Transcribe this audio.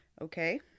Okay